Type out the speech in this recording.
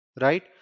right